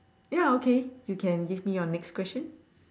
ya okay you can give me your next question